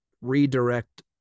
redirect